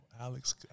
Alex